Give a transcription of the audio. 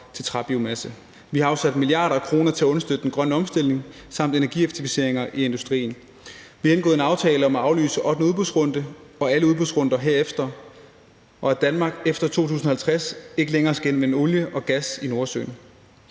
til træbiomasse. Vi har afsat milliarder af kroner til at understøtte den grønne omstilling samt energieffektiviseringer i industrien. Vi har indgået en aftale om at aflyse ottende udbudsrunde og alle udbudsrunder herefter, og at Danmark efter 2050 ikke længere skal indvende olie og gas i Nordsøen.